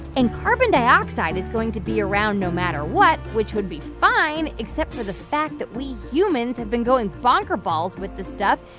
and carbon dioxide is going to be around no matter what, which would be fine except for the fact that we humans have been going bonker balls with this stuff.